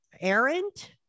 Errant